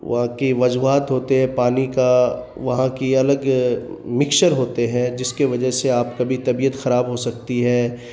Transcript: وہاں کی وجوہات ہوتے ہیں پانی کا وہاں کی الگ مکشچر ہوتے ہیں جس کے وجہ سے آپ کبھی طبیعت خراب ہو سکتی ہے